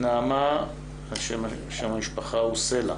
נעמה סלע.